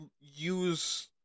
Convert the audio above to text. use